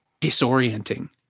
disorienting